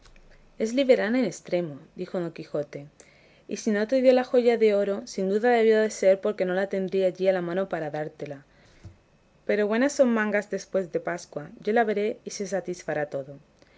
es liberal en estremo dijo don quijote y si no te dio joya de oro sin duda debió de ser porque no la tendría allí a la mano para dártela pero buenas son mangas después de pascua yo la veré y se satisfará todo